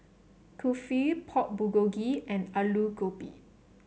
Kulfi Pork Bulgogi and Alu Gobi